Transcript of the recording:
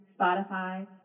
Spotify